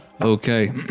Okay